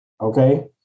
Okay